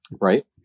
right